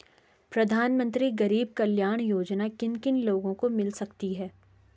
प्रधानमंत्री गरीब कल्याण योजना किन किन लोगों को मिल सकती है?